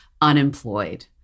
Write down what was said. unemployed